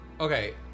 Okay